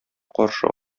каршы